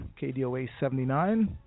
kdoa79